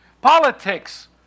Politics